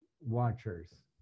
watchers